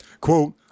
Quote